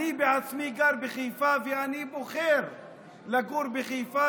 אני עצמי גר בחיפה ואני בוחר לגור בחיפה,